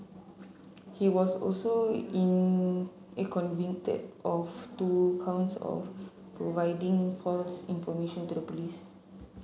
he was also in in convicted of two counts of providing false information to the police